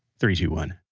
three, two, one